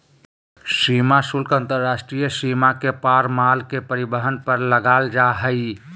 सीमा शुल्क अंतर्राष्ट्रीय सीमा के पार माल के परिवहन पर लगाल जा हइ